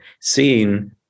seeing